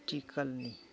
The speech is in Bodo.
आथिखालनि